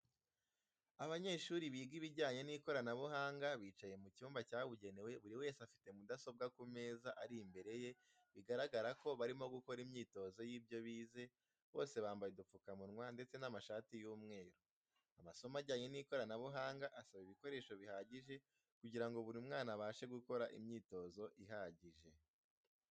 Abanyeshuri biga ibijyanye n'ikoranabuhanga bicaye mu cyumba cyabugenewe buri wese afite mudasobwa ku meza ari imbere ye bigaragara ko barimo gukora imyitozo y'ibyo bize, bose bambaye udupfukamunwa ndetse n'amashati y'umweru. Amasomo ajyanye n'ikoranabuhanga asaba ibikoreso bihagije kugirango buri mwana abashe gukora imyitozo ihagije.